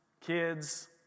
kids